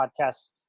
podcasts